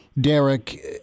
Derek